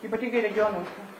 ypatingai regionuose